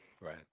right